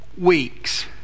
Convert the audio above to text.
weeks